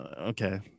okay